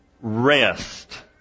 rest